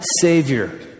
Savior